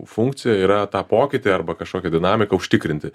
funkcija yra tą pokytį arba kažkokią dinamiką užtikrinti